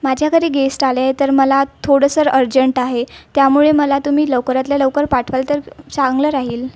माझ्या घरी गेस्ट आले आहे तर मला थोडंसं र् अर्जंट आहे त्यामुळे मला तुम्ही लवकरातल्या लवकर पाठवाल तर चांगलं राहील